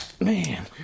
Man